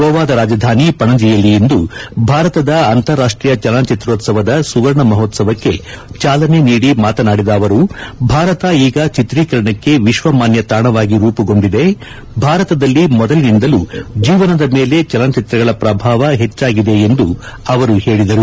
ಗೋವಾದ ರಾಜಧಾನಿ ಪಣಜಿಯಲ್ಲಿ ಇಂದು ಭಾರತದ ಅಂತಾರಾಷ್ಷೀಯ ಚಲನ ಚಿತ್ರೋತ್ತವದ ಸುವರ್ಣ ಮಹೋತ್ತವಕ್ಕೆ ಚಾಲನೆ ನೀಡಿ ಮಾತನಾಡಿದ ಅವರು ಭಾರತ ಈಗ ಚಿತ್ರೀಕರಣಕ್ಕೆ ವಿಶ್ವಮಾನ್ಯ ತಾಣವಾಗಿ ರೂಪುಗೊಂಡಿದೆ ಭಾರತದಲ್ಲಿ ಮೊದಲಿನಿಂದಲೂ ಜೀವನದ ಮೇಲೆ ಚಲನಚಿತ್ರಗಳ ಪ್ರಭಾವ ಹೆಚ್ಚಾಗಿದೆ ಎಂದು ಹೇಳಿದರು